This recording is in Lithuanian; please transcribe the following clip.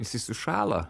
jisai sušąla